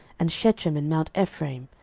and shechem in mount ephraim,